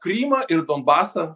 krymą ir donbasą